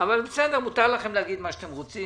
בסדר, מותר לכם להגיד מה שאתם רוצים.